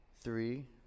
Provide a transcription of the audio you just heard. three